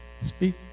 speak